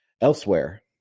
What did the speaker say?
Elsewhere